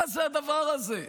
מה זה הדבר הזה?